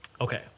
Okay